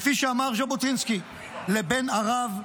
כפי שאמר ז'בוטינסקי: "לבן ערב,